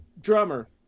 drummer